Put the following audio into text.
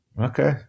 okay